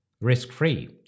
risk-free